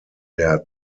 der